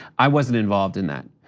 i wasn't involved in that.